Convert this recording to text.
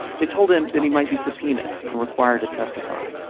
they told him that he might be subpoenaed and required to testify.